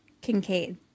Kincaid